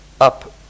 up